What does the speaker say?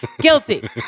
Guilty